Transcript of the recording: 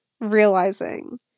realizing